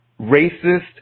racist